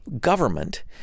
government